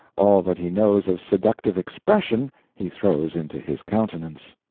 all that he knows of seductive expression he throws into his countenance.